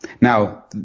now